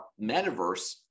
Metaverse